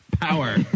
power